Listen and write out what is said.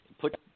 put